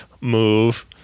move